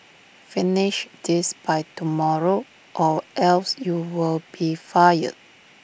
finish this by tomorrow or else you'll be fired